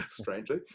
strangely